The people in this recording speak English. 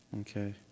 Okay